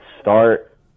start